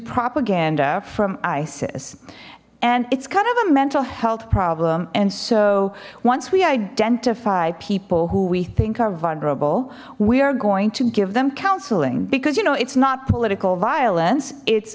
propaganda from isis and it's kind of a mental health problem and so once we identify people who we think are vulnerable we are going to give them counseling because you know it's not political violence it's